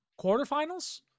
quarterfinals